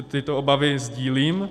Tyto obavy sdílím.